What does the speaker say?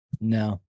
No